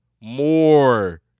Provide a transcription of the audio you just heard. more